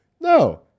No